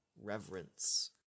reverence